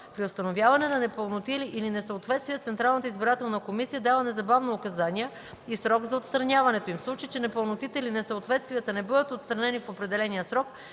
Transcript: При установяване на непълноти или несъответствия Централната избирателна комисия дава незабавно указания и срок за отстраняването им. В случай че непълнотите или несъответствията не бъдат отстранени в определения срок,